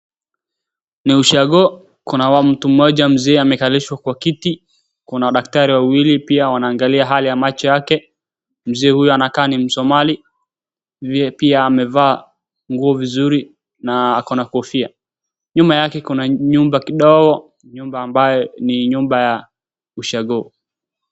Ni ushago, kuna mtu mmoja mzee amekalishwa kwa kiti, kuna wadaktari wawili pia wanaangalia hali ya macho yake. Mzee huyu anakaa ni msomali pia amevaa nguo vizuri na akona kofia. Nyuma yake kuna nyumba kidogo, nyumba ambayo ni nyumba ya ushago.